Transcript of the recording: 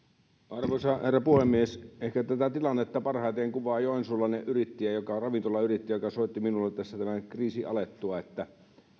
arvoisa herra puhemies ehkä tätä tilannetta parhaiten kuvaa joensuulainen yrittäjä joka on ravintolayrittäjä joka soitti minulle tämän kriisin alettua että